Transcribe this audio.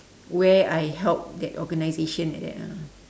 where I help that organisation like that ah